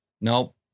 Nope